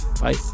Bye